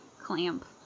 Clamp